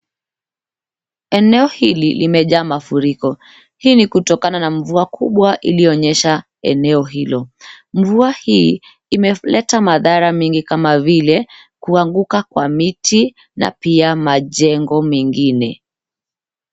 Eneo hili limejaa mafuriko. Hii ni kutokana na mvua kubwa ilionyesha eneo hilo. Mvua hii imeleta mandhara mengi kama vile kuanguka kwa miti na pia majengo mengine.